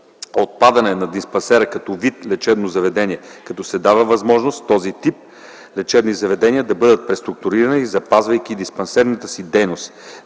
Отпадане на диспансера като вид лечебно заведение, като се дава възможност този тип лечебни заведения да бъдат преструктурирани, запазвайки диспансерната си дейност.